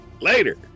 Later